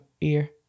ear